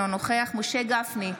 אינו נוכח משה גפני,